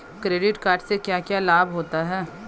Credit card से क्या क्या लाभ होता है?